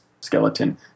skeleton